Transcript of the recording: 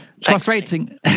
frustrating